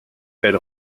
elle